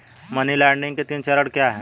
Money laundering के तीन चरण क्या हैं?